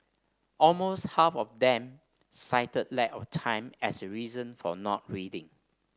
almost half of them cited lack of time as a reason for not reading